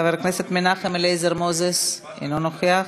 חבר הכנסת מנחם אליעזר מוזס, אינו נוכח.